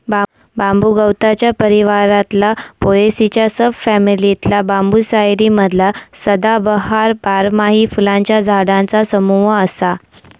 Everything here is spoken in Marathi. बांबू गवताच्या परिवारातला पोएसीच्या सब फॅमिलीतला बांबूसाईडी मधला सदाबहार, बारमाही फुलांच्या झाडांचा समूह असा